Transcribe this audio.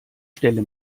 stelle